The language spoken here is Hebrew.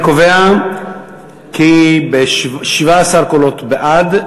אני קובע כי ב-17 קולות בעד,